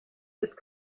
ist